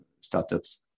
startups